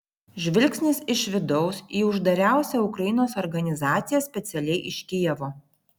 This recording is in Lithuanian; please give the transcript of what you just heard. žvilgsnis iš vidaus į uždariausią ukrainos organizaciją specialiai iš kijevo